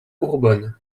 urbon